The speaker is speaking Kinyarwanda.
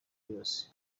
yose